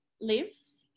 lives